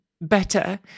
better